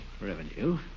revenue